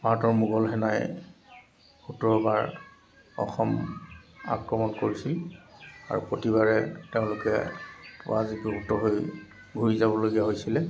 ভাৰতৰ মোগল সেনাই সোতৰবাৰ অসম আক্ৰমণ কৰিছিল আৰু প্ৰতিবাৰে তেওঁলোকে পৰাজিতভূত হৈ ঘূৰি যাবলগীয়া হৈছিলে